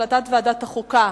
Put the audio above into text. החלטת ועדת החוקה,